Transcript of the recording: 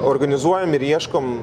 organizuojam ir ieškom